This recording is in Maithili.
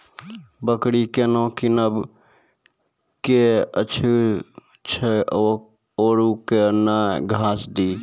बकरी केना कीनब केअचछ छ औरू के न घास दी?